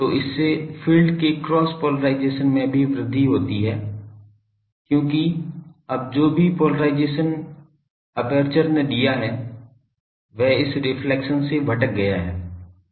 तो इससे फील्ड के क्रॉस पोलराइजेशन में भी वृद्धि होती है क्योंकि अब जो भी पोलराइजेशन एपर्चर ने दिया है वह इस रिफ्लेक्शन से भटक गया है